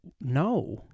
no